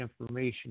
information